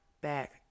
back